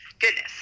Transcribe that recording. goodness